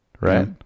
Right